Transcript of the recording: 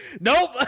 nope